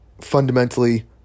Fundamentally